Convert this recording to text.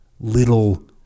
little